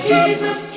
Jesus